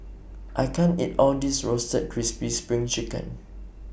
I can't eat All of This Roasted Crispy SPRING Chicken